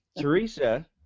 Teresa